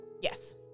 Yes